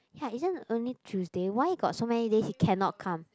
ya isn't only Tuesday why got so many days he cannot come